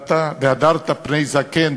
והדרת פני זקן,